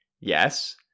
yes